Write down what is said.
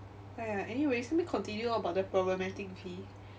!aiya! anyways let me continue about the problematic V